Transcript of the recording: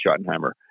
Schottenheimer